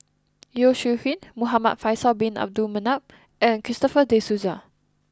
Yeo Shih Yun Muhamad Faisal bin Abdul Manap and Christopher De Souza